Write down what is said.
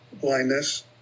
blindness